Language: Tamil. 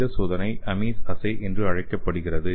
இந்த சோதனை அமீஸ் அஸ்ஸே என்று அழைக்கப்படுகிறது